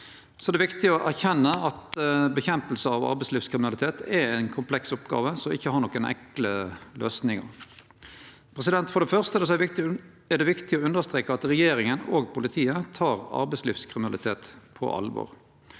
Det er viktig å erkjenne at å kjempe mot arbeidslivskriminalitet er ei kompleks oppgåve som ikkje har nokon enkle løysingar. For det første er det viktig å understreke at regjeringa og politiet tek arbeidslivskriminalitet på alvor.